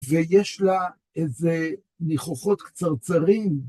ויש לה איזה ניחוחות קצרצרים.